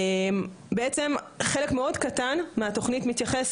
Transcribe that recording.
בעצם חלק מאוד קטן מהתוכנית מתייחס